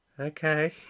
Okay